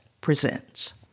Presents